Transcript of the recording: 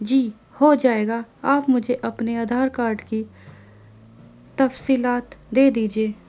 جی ہو جائے گا آپ مجھے اپنے آدھار کارڈ کی تفصیلات دے دیجیے